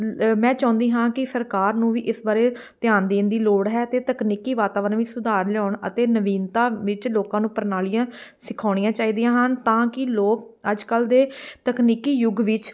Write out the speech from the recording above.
ਮੈਂ ਚਾਹੁੰਦੀ ਹਾਂ ਕਿ ਸਰਕਾਰ ਨੂੰ ਵੀ ਇਸ ਬਾਰੇ ਧਿਆਨ ਦੇਣ ਦੀ ਲੋੜ ਹੈ ਅਤੇ ਤਕਨੀਕੀ ਵਾਤਾਵਰਨ ਵਿਚ ਸੁਧਾਰ ਲਿਆਉਣ ਅਤੇ ਨਵੀਨਤਾ ਵਿੱਚ ਲੋਕਾਂ ਨੂੰ ਪ੍ਰਣਾਲੀਆਂ ਸਿਖਾਉਣੀਆਂ ਚਾਹੀਦੀਆਂ ਹਨ ਤਾਂ ਕਿ ਲੋਕ ਅੱਜ ਕੱਲ੍ਹ ਦੇ ਤਕਨੀਕੀ ਯੁੱਗ ਵਿੱਚ